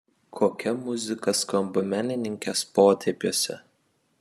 kokia muzika skamba menininkės potėpiuose